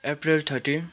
April thirty